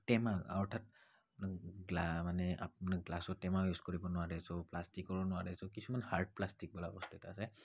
টেমা অৰ্থাৎ মানে আপোনাৰ গ্লাছৰ টেমা ইউজ কৰিব নোৱাৰে চ' প্লাষ্টিকৰো নোৱাৰে চ' কিছুমান হাৰ্ড প্লাষ্টিক বোলা বস্তু এটা আছে